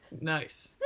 nice